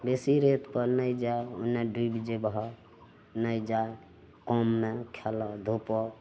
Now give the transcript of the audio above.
बेसी रेतपर नहि जायब ओन्ने डुबि जेबहऽ नह जा कममे खेलऽ धुपऽ